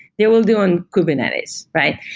they will do on kubernetes, right?